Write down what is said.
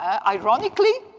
ah ironically,